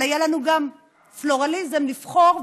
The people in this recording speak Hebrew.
אבל היה לנו גם פלורליזם לבחור.